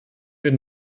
wir